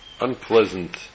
unpleasant